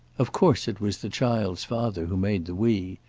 of course it was the child's father who made the we,